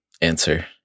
answer